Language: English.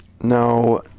No